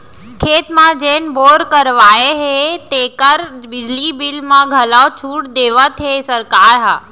खेत म जेन बोर करवाए हे तेकर बिजली बिल म घलौ छूट देवत हे सरकार ह